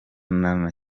nta